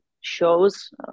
shows